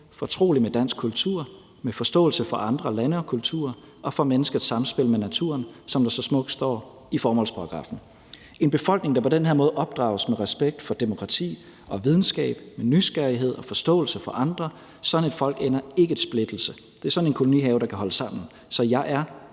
fortrolig med dansk kultur og med forståelse for andre lande og kulturer og for menneskets samspil med naturen, som der så smukt står i formålsparagraffen. Et folk, der på den her måde opdrages med respekt for demokrati og videnskab og med nysgerrighed og forståelse for andre, ender ikke i splittelse. Det er sådan en kolonihave, der kan holde sammen. Så jeg er